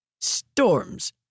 Storms